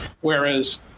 whereas